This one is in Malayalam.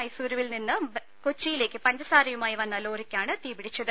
മൈസുരുവിൽ നിന്ന് കൊച്ചിയിലേക്ക് പഞ്ചസാരയുമായി വന്ന ലോറിയ്ക്കാണ് തീ പിടിച്ചത്